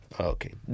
Okay